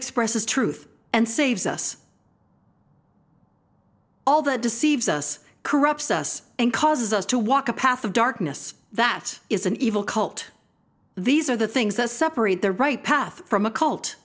expresses truth and saves us all that deceives us corrupts us and causes us to walk a path of darkness that is an evil cult these are the things that separate the right path from a cult